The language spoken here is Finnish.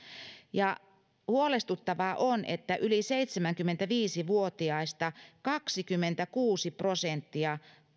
huolestuttavaa on että yli seitsemänkymmentäviisi vuotiaista kaksikymmentäkuusi prosenttia